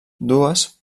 dues